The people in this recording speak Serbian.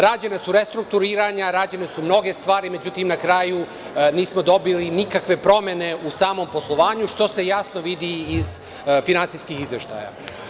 Rađena su restrukturiranja, rađene su mnoge stvari, međutim na kraju nismo dobili nikakve promene u samom poslovanju, što se jasno vidi iz finansijskih izveštaja.